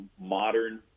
modern